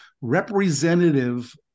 representative